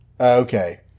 Okay